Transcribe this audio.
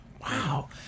Wow